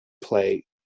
play